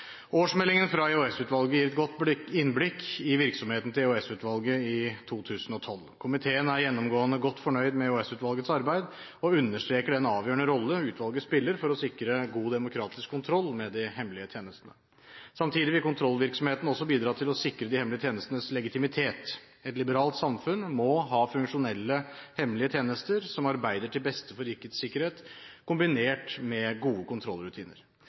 Årsmeldingen fra EOS-utvalget gir et godt innblikk i virksomheten til EOS-utvalget i 2012. Komiteen er gjennomgående godt fornøyd med EOS-utvalgets arbeid og understreker den avgjørende rolle utvalget spiller for å sikre god demokratisk kontroll med de hemmelige tjenestene. Samtidig vil kontrollvirksomheten også bidra til å sikre de hemmelige tjenestenes legitimitet. Et liberalt samfunn må ha funksjonelle hemmelige tjenester som arbeider til beste for rikets sikkerhet, kombinert med gode kontrollrutiner.